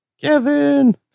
Kevin